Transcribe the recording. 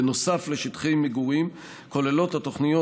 בנוסף לשטחי מגורים כוללות תוכניות